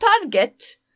target